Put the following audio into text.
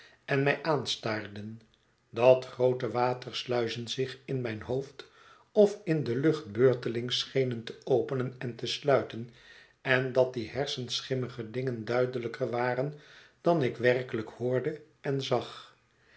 en mij aanstaarden dat groote watersluizen zich in mijn hoofd of in de lucht beurtelings schenen te openen en te sluiten en dat die hersenschimmige dingen duidelijker waren dan ik werkelijk hoorde en zag